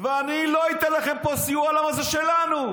ואני לא אתן לכם פה סיוע, למה זה שלנו,